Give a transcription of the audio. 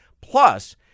Plus